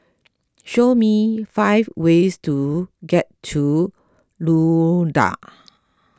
show me five ways to get to Luanda